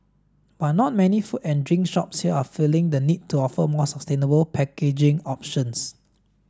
but not many food and drink shops here are feeling the need to offer more sustainable packaging options